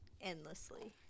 endlessly